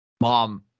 Mom